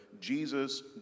Jesus